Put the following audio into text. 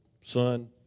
son